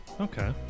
okay